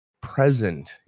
present